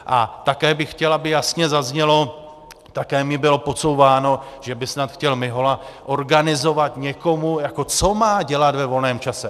A také bych chtěl, aby jasně zaznělo také mi bylo podsouváno, že by snad chtěl Mihola organizovat někomu, co má dělat ve volném čase.